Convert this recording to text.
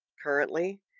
currently